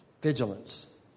vigilance